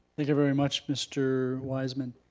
thank you very much mr. wiseman.